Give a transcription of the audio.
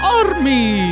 army